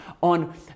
on